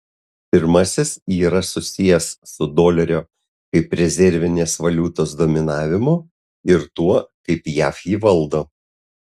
pirmasis yra susijęs su dolerio kaip rezervinės valiutos dominavimu ir tuo kaip jav jį valdo